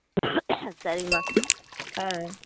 சரிங்கமா ஆ